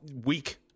weak